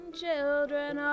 children